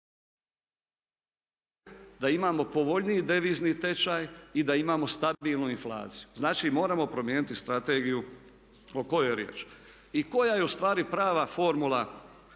da imamo povoljniji devizni tečaj i da imamo stabilnu inflaciju. Znači, moramo promijeniti strategiju o kojoj je riječ. I koja je ustvari prava formula